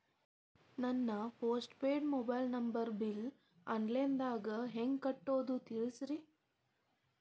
ನನ್ನ postpaid mobile ನಂಬರನ್ನು bill online ದಾಗ ಹೆಂಗ್ ಕಟ್ಟೋದು ತಿಳಿಸ್ರಿ